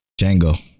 Django